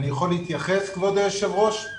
כבוד היושב ראש,